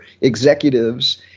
executives